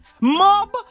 Mob